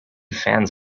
fans